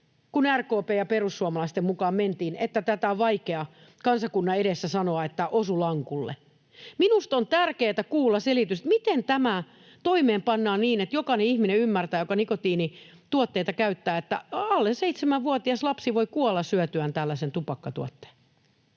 kun RKP:n ja perussuomalaisten mukaan mentiin, että tätä on vaikea kansakunnan edessä sanoa, että osui lankulle. Minusta on tärkeätä kuulla selitys, että miten tämä toimeenpannaan niin, että jokainen ihminen, joka nikotiinituotteita käyttää, ymmärtää, että alle seitsemänvuotias lapsi voi kuolla syötyään tällaisen tupakkatuotteen.